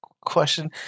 question